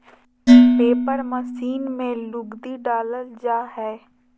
paper machine में लुगदी डालल जा हय